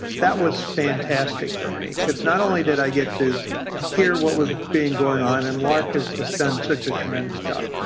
that was fantastic for me because not only did i get to hear what was being going on and larke has just done such a tremendous job,